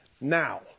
now